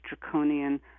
draconian